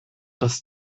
das